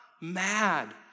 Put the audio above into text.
mad